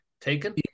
taken